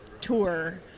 tour